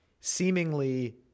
seemingly